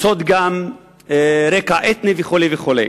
הן גם חוצות רקע אתני וכו' וכו'.